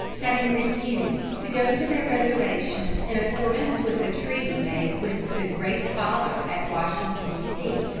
having refused to go to their reservation in accordance with the treaty made with the great father at washington, d. c,